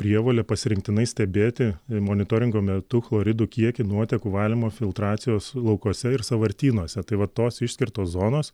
prievolė pasirinktinai stebėti monitoringo metu chloridų kiekį nuotekų valymo filtracijos laukuose ir sąvartynuose tai vat tos išskirtos zonos